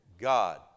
God